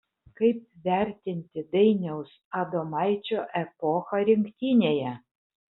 kaip vertinti dainiaus adomaičio epochą rinktinėje